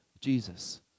Jesus